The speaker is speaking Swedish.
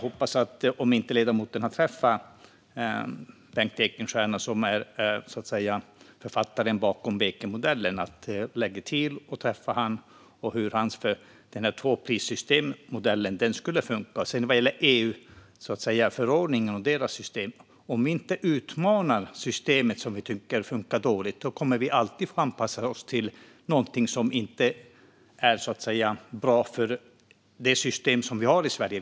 Om inte ledamoten har träffat Bengt Ekenstierna, som är författaren bakom Bekenmodellen, hoppas jag att hon lägger tid på att träffa honom. Modellen med ett tvåprissystem skulle funka. Vad gäller EU-förordningen och det systemet vill jag säga detta: Om vi inte utmanar det system som vi tycker fungerar dåligt kommer vi alltid att få anpassa oss till någonting som inte är bra för det system som vi har i Sverige.